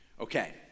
Okay